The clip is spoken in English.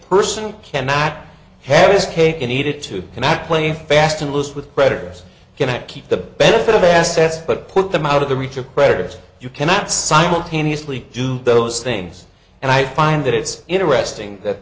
person cannot have this cake and eat it too cannot play fast and loose with creditors can act keep the benefit of the s s but put them out of the reach of creditors you cannot simultaneously do those things and i find that it's interesting that